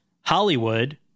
Hollywood